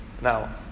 Now